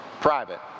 private